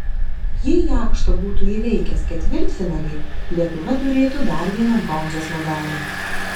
jei jakšto būtų įveikęs ketvirtfinalį lietuva turėtų dar vieną bronzos medalį